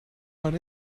what